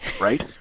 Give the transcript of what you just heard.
right